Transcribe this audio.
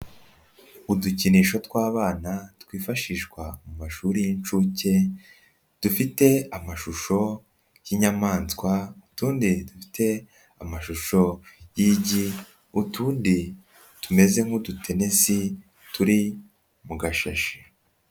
Udukinisho tw'abana twifashishwa mu mashuri y'inshuke dufite amashusho y'inyamaswa, utundi dufite amashusho y'igi, utundi tumeze nk'udutenesi turi mu gashashi.